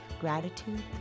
Gratitude